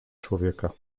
człowieka